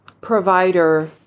provider